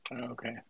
Okay